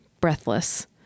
breathless